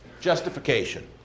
Justification